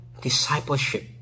discipleship